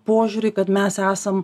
požiūrį kad mes esam